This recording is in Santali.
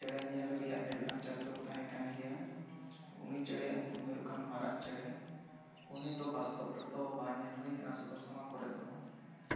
ᱤᱧᱟᱹᱜ ᱪᱮᱬᱮ ᱧᱮᱞ ᱨᱮᱭᱟᱜ ᱮᱹᱰᱵᱷᱮᱱᱪᱚᱨ ᱫᱚ ᱛᱟᱦᱮᱸ ᱠᱟᱱ ᱜᱮᱭᱟ ᱩᱱᱤ ᱪᱮᱬᱮ ᱭᱟᱜ ᱧᱩᱛᱩᱢ ᱫᱚ ᱦᱩᱭᱩᱜ ᱠᱟᱱᱟ ᱢᱟᱨᱟᱜ ᱪᱮᱬᱮ ᱩᱱᱤ ᱫᱚ ᱵᱟᱥᱛᱚᱵ ᱨᱮ ᱫᱚ ᱵᱟᱝ ᱧᱮᱞ ᱦᱩᱭ ᱟᱠᱟᱱᱟ ᱥᱚᱫᱚᱨ ᱥᱟᱢᱟᱝ ᱠᱚᱨᱮ ᱫᱚ